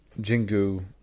Jingu